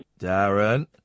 Darren